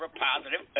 positive